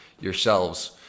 yourselves